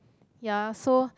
ya so